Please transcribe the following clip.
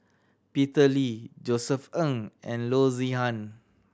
Peter Lee Josef Ng and Loo Zihan